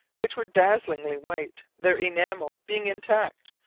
which were dazzlingly white their enamel being intact,